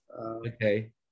Okay